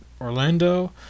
Orlando